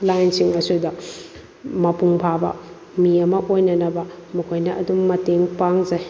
ꯂꯥꯏꯔꯤꯛꯁꯤꯡ ꯑꯁꯤꯗ ꯃꯄꯨꯡ ꯐꯥꯕ ꯃꯤ ꯑꯃ ꯑꯣꯏꯅꯅꯕ ꯃꯈꯣꯏꯅ ꯑꯗꯨꯝ ꯃꯇꯦꯡ ꯄꯥꯡꯖꯩ